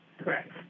Correct